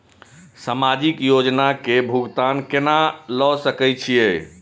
समाजिक योजना के भुगतान केना ल सके छिऐ?